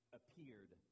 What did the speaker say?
appeared